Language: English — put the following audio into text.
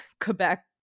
Quebec